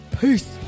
Peace